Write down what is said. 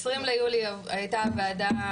ב-20 ביולי הייתה ועדת חוקה חוק ומשפט.